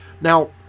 Now